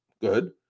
Good